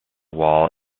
wall